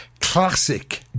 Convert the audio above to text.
Classic